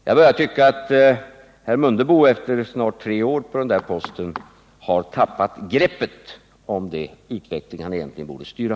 Jag börjar tycka att herr Mundebo, efter snart tre år på den här posten, har tappat greppet om den utveckling han egentligen borde styra.